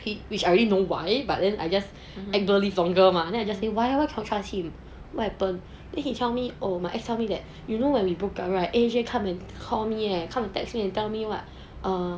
which I already know why but then I just act blurr live longer mah then I just say why cannot trust him what happen then he tell me oh my ex tell me that you know when we broke up right A_J come call me ya come you text me and tell me what err